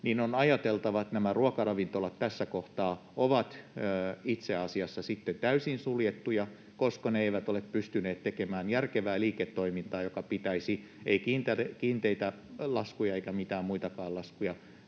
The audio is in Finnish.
on ajateltava, että ruokaravintolat tässä kohtaa ovat itse asiassa sitten täysin suljettuja, koska ne eivät ole pystyneet tekemään järkevää liiketoimintaa, jolla pystyisi kiinteitä laskuja tai mitään muitakaan laskuja